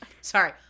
Sorry